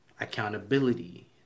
accountability